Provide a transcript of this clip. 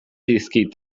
dizkit